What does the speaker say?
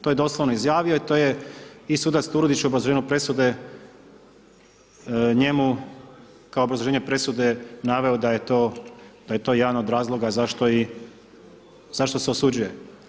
To je doslovno izjavio i to je i suda Turudić u obrazloženju presude njemu kao obrazloženje presude naveo da je to jedan od razloga i, zašto se osuđuje.